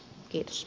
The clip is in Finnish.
kiitos